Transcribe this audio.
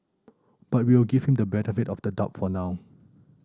but we'll give him the benefit of the doubt for now